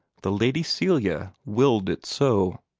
the lady celia willed it so.